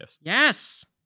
Yes